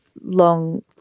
long